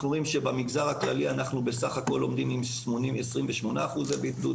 אנחנו רואים שבמגזר הכללי אנחנו עומדים בסך הכול על 28% בידוד,